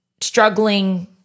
struggling